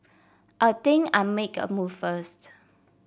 I think I make a move first